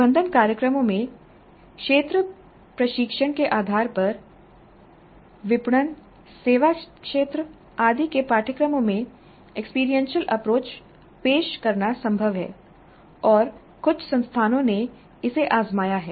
प्रबंधन कार्यक्रमों में क्षेत्र प्रशिक्षण के आधार पर विपणन सेवा क्षेत्र आदि के पाठ्यक्रमों में एक्सपीरियंशियल अप्रोच पेश करना संभव है और कुछ संस्थानों ने इसे आजमाया है